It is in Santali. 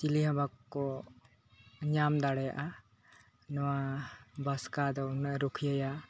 ᱪᱤᱞᱤ ᱦᱚᱸ ᱵᱟᱠᱚ ᱧᱟᱢ ᱫᱟᱲᱮᱭᱟᱜᱼᱟ ᱱᱚᱣᱟ ᱵᱟᱥᱠᱟ ᱫᱚ ᱩᱱᱟᱹᱜ ᱮ ᱨᱩᱠᱷᱭᱟᱹᱭᱟ